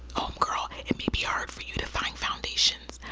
homegirl. it may be hard for you to find foundations,